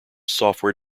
software